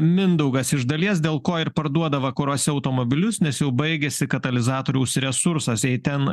mindaugas iš dalies dėl ko ir parduoda vakaruose automobilius nes jau baigiasi katalizatoriaus resursas jei ten